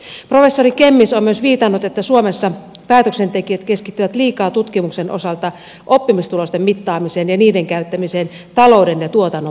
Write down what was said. professori kemmis on myös viitannut siihen että suomessa päätöksentekijät keskittyvät liikaa tutkimuksen osalta oppimistulosten mittaamiseen ja niiden käyttämiseen talouden ja tuotannon palvelijana